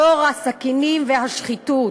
דור הסכינים והשחיטות.